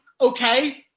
okay